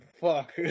fuck